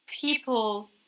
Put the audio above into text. people